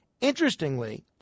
Interestingly